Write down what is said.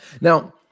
Now